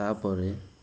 ତାପରେ